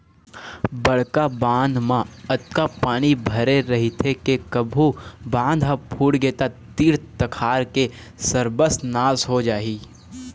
बड़का बांध म अतका पानी भरे रहिथे के कभू बांध ह फूटगे त तीर तखार के सरबस नाश हो जाही